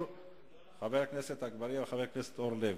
חבר הכנסת אגבאריה וחבר הכנסת אורלב,